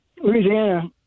Louisiana